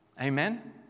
Amen